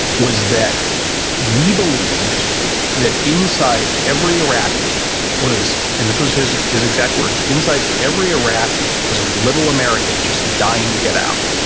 was that we believed that inside every iraqi was, and this was his his exact words, inside every iraqi was a little american just dying to get out.